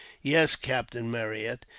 yes, captain marryat,